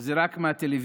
זה רק מהטלוויזיה.